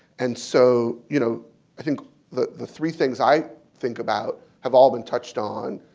and so you know i think the the three things i think about have all been touched on.